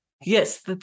yes